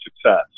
success